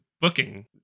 booking